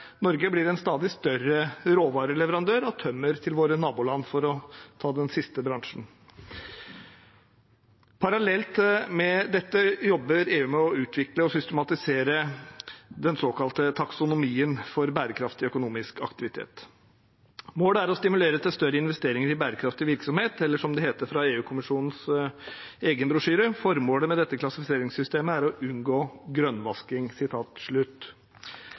Norge blir en stadig større råvareleverandør av tømmer til våre naboland, for å ta den siste bransjen. Parallelt med dette jobber EU med å utvikle og systematisere den såkalte taksonomien for bærekraftig økonomisk aktivitet. Målet er å stimulere til større investeringer i bærekraftig virksomhet, eller som det heter i EU-kommisjonens egen brosjyre: Formålet med dette klassifiseringssystemet er å unngå grønnvasking.